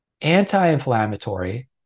anti-inflammatory